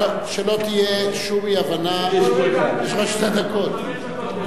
שלא תהיה שום אי-הבנה, יש לך שתי דקות.